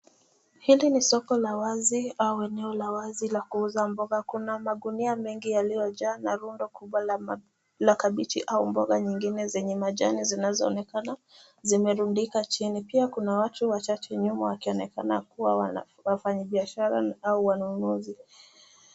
Hili ni soko la wazi au eneo la wazi la kuuza mboga. Kuna magunia mengi yaliyojaa na rundo kubwa la kabiji au mboga nyingine zenye majani zinazoonekana zimerundika chini. Pia kuna watu wachache nyuma wakionekana kuwa wafanyibiashara au wanunuzi.